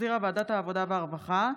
שהחזירה ועדת העבודה והרווחה,